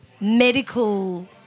medical